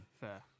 Fair